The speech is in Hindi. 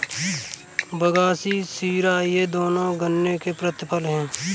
बगासी शीरा ये दोनों गन्ने के प्रतिफल हैं